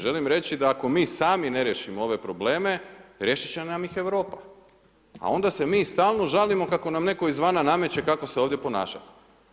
Želim reći da ako mi sami ne riješimo ove probleme riješiti će nam ih Europa a onda se mi stalno žalimo kako nam netko iz vana nameće kako se ovdje ponašati.